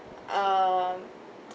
um